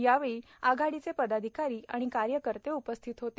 यावेळी आघाडीचे पदाधिकारी आणि कार्यकर्ते उपस्थित होते